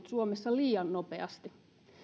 suomessa liian nopeasti